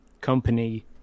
company